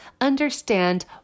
understand